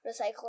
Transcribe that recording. recycle